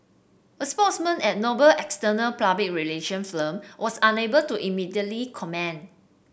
a spokesman at Noble's external public relation firm was unable to immediately comment